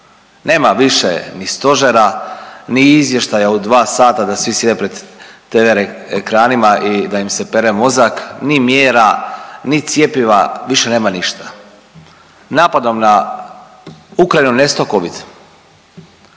Nema više ni stožera ni izvještaja u 2 sata da svi sjede pred TV ekranima i da im se pere mozak ni mjera ni cjepiva, više nema ništa. Napadom na Ukrajinu nestao Covid.